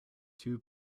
two